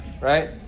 right